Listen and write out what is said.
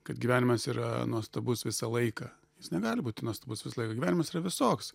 kad gyvenimas yra nuostabus visą laiką jis negali būti nuostabus visą laiką gyvenimas yra visoks